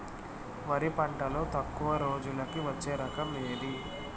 వరి పంటలో తక్కువ రోజులకి వచ్చే రకం ఏది?